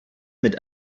mit